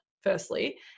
firstly